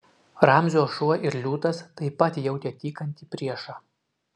ramzio šuo ir liūtas taip pat jautė tykantį priešą